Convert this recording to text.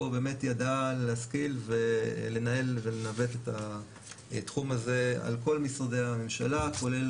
באמת ידעה להשכיל ולנהל ולנווט את התחום הזה על כל משרדי הממשלה כולל